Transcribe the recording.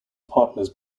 partners